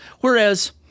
Whereas –